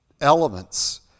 elements